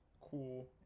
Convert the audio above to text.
cool